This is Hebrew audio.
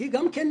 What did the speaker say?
זה גם מקומם,